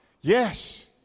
Yes